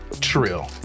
Trill